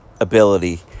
Ability